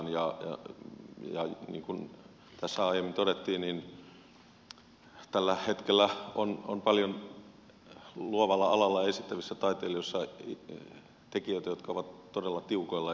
niin kuin tässä aiemmin todettiin niin tällä hetkellä on paljon luovalla alalla esittävissä taiteilijoissa tekijöitä jotka ovat todella tiukoilla